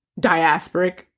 diasporic